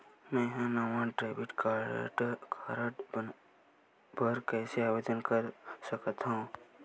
मेंहा नवा debit card बर कैसे आवेदन कर सकथव?